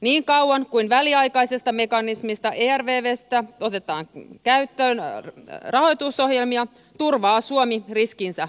niin kauan kuin väliaikaisesta mekanismista ervvstä otetaan käyttöön rahoitusohjelmia turvaa suomi riskinsä vakuuksilla